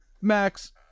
Max